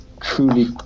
truly